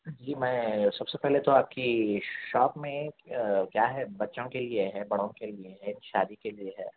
جی میں سب سے پہلے تو آپ کی شاپ میں کیا ہے بچوں کے لیے ہے بڑوں کے لیے ہے شادی کے لیے ہے